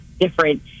different